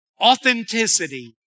authenticity